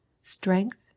Strength